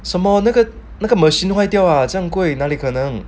some more 那个那个 machine 坏掉 ah 这样贵哪里可能